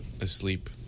Asleep